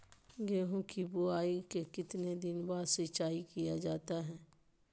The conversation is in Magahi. गेंहू की बोआई के कितने दिन बाद सिंचाई किया जाता है?